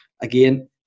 again